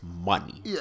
money